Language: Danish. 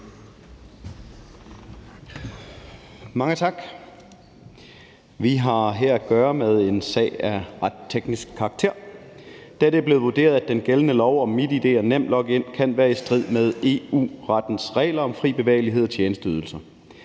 Mange tak. Vi har her at gøre med en sag af ret teknisk karakter, da det er blevet vurderet, at den gældende lov om MitID og NemLog-in kan være i strid med EU-rettens regler om fri bevægelighed af tjenesteydelser.